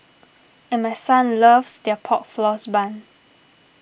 and my son loves their pork floss bun